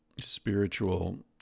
spiritual